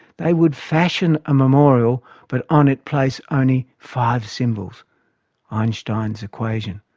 they would fashion a memorial but on it place only five symbols einstein's equation.